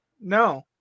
No